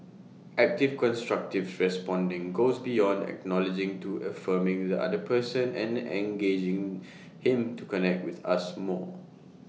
active constructive responding goes beyond acknowledging to affirming with the other person and engaging him to connect with us more